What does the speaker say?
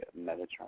Metatron